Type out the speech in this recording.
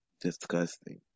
Disgusting